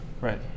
Right